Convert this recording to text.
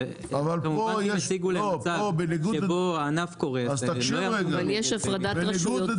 ואם יציגו להם מצב שבו הענף קורס --- אבל יש הפרדת רשויות,